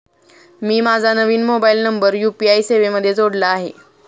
मी माझा नवीन mobile number UPI सेवेमध्ये जोडला आहे